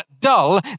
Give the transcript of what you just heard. dull